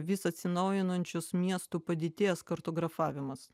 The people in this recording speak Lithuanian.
vis atsinaujinančios miestų padėties kartografavimas